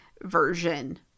version